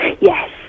Yes